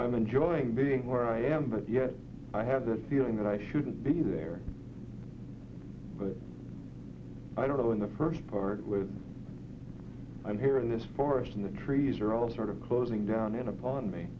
i'm enjoying being where i am but yet i have the feeling that i shouldn't be there but i don't know in the first part where i'm here in this forest in the trees are all sort of closing down in upon me